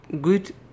good